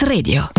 Radio